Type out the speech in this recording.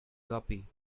guppy